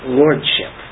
lordship